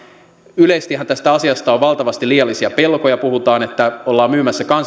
yleisestihän tästä asiasta on valtavasti liiallisia pelkoja puhutaan että ollaan myymässä